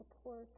support